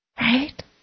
Right